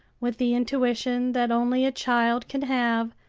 with the intuition that only a child can have,